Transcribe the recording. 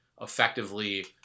effectively